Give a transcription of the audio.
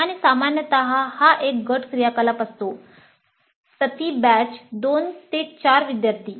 आणि सामान्यत हा एक गट क्रियाकलाप असतो प्रति बॅच 2 ते 4 विद्यार्थी